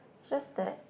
just that